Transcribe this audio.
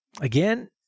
Again